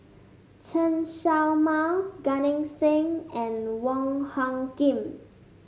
Chen Show Mao Gan Eng Seng and Wong Hung Khim